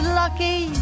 lucky